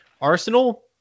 Arsenal